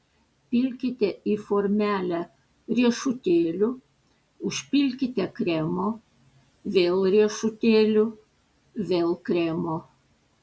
pilkite į formelę riešutėlių užpilkite kremo vėl riešutėlių vėl kremo